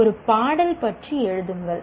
ஒரு பாடல் பற்றி எழுதுங்கள்